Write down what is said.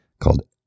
called